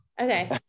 Okay